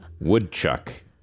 Woodchuck